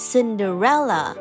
Cinderella